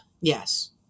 Yes